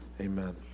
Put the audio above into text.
Amen